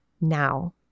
now